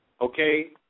okay